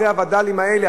אחרי הווד"לים האלה,